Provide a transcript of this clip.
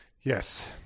yes